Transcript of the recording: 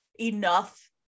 enough